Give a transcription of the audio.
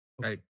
Right